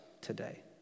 today